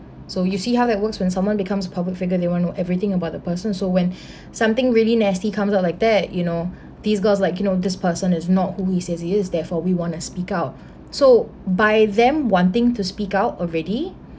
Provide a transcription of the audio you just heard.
so you see how that works when someone becomes public figure they want to know everything about the person so when something really nasty comes out like that you know these girls like you know this person is not who he says he is therefore we wanna speak out so by them wanting to speak out already